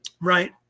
right